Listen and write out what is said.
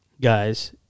guys